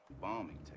bombing